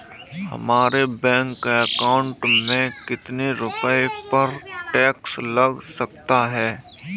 हमारे bank account में कितने रुपये पर टैक्स लग सकता है?